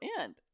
end